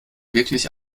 wirklich